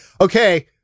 okay